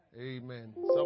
Amen